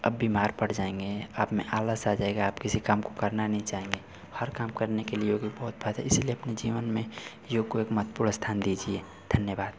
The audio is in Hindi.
अप बीमार पड़ जाएंगे आप में आलस आ जाएगा आप किसी काम को करना नहीं चाहेंगे हर काम करने के लिए योग बहुत फायदा इसलिए अपने जीवन में योग को एक महत्वपूर्ण स्थान दीजिए धन्यवाद